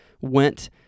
went